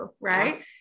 right